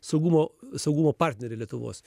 saugumo saugumo partnerė lietuvos